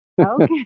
Okay